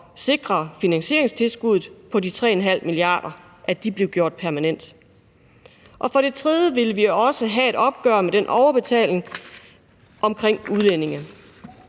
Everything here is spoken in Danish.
sikre, at finansieringstilskuddet på de 3,5 mia. kr. blev gjort permanent. Og for det tredje ville vi også have et opgør med den overbetaling omkring udlændinge.